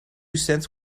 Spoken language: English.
cents